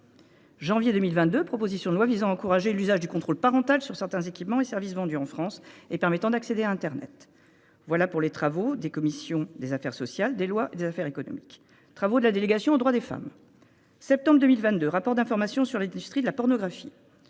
Janvier 2022 propositions de loi vise à encourager l'usage du contrôle parental sur certains équipements et services vendus en France et permettant d'accéder à Internet. Voilà pour les travaux des commissions des affaires sociales des lois et des affaires économiques. Travaux de la délégation aux droits des femmes. Septembre 2022 rapport d'information sur les industries de la pornographie.